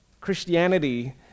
Christianity